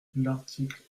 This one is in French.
l’article